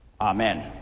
Amen